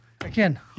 Again